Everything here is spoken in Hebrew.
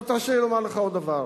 עכשיו תרשה לי לומר לך עוד דבר: